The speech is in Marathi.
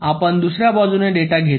आपण दुसर्या बाजूने डेटा घेतो